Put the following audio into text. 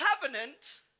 covenant